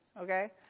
okay